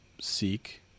seek